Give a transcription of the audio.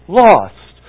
lost